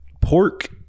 Pork